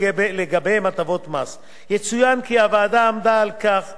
יצוין כי הוועדה עמדה על כך שהקצבה המוכרת תתייחס